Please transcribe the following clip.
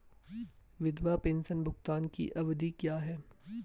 विधवा पेंशन भुगतान की अवधि क्या है?